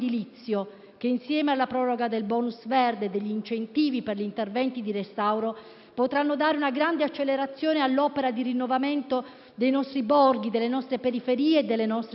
che, insieme alla proroga del *bonus* verde e degli incentivi per gli interventi di restauro, potranno dare una grande accelerazione all'opera di rinnovamento dei nostri borghi, delle nostre periferie e delle nostre città.